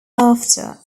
after